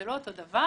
זה לא אותו דבר,